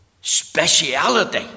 speciality